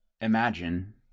imagine